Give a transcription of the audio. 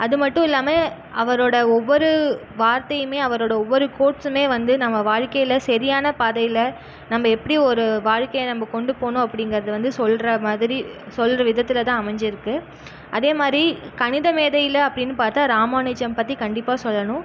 அதுமட்டும் இல்லாமல் அவரோட ஒவ்வொரு வார்த்தையுமே அவரோட ஒவ்வொரு கோட்ஸுமே வந்து நம்ம வாழ்க்கையில் சரியான பாதையில் நம்ம எப்படி ஒரு வாழ்க்கையை நம்ம கொண்டு போகணும் அப்படிங்கறது வந்து சொல்கிற மாதிரி சொல்கிற விதத்தில் தான் அமைஞ்சிருக்கு அதே மாதிரி கணித மேதையில் அப்படின்னு பார்த்தா ராமானுஜம் பற்றி கண்டிப்பாக சொல்லணும்